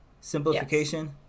simplification